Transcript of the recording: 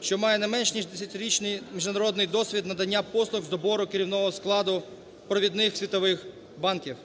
що має не менш ніж десятирічний міжнародний досвід надання послуг з добору керівного складу провідних світових банків.